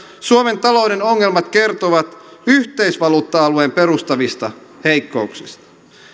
suomen talouden ongelmat kertovat yhteisvaluutta alueen perustavista heikkouksista